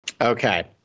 Okay